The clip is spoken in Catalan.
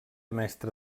mestre